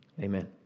amen